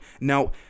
Now